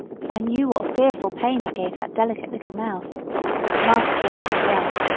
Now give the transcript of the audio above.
for i knew what fearful pain it gave that delicate little mouth but master gave me the word,